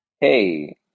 hey